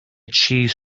cheese